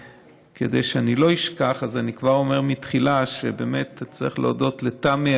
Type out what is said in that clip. כדי שאני לא אשכח אז אני כבר אומר מהתחלה שבאמת צריך להודות לתמי,